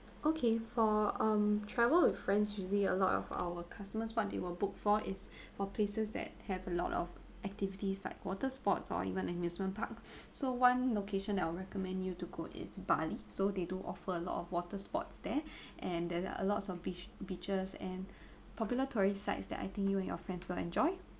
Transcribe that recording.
okay for um travel with friends usually a lot of our customers what they will book for is for places that have a lot of activities like water sports or even amusement parks so one location that I'll recommend you to go is bali so they do offer a lot of water sports there and there are lots of beach beaches and popular tourist sites that I think you and your friends will enjoy